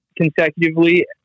consecutively